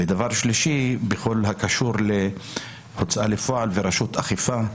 ודבר שלישי, בכל הקשור להוצאה לפועל ורשות אכיפה,